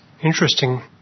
Interesting